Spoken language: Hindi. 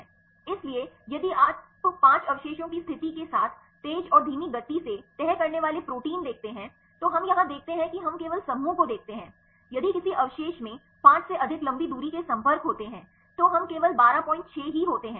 इसलिए यदि आप 5 अवशेषों की स्थिति के साथ तेज़ और धीमी गति से तह करने वाले प्रोटीन देखते हैं तो हम यहाँ देखते हैं कि हम केवल समूहों को देखते हैं यदि किसी अवशेष में 5 से अधिक लंबी दूरी के संपर्क होते हैं तो हम केवल 126 ही होते हैं